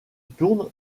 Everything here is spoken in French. tourne